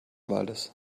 waldes